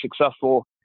successful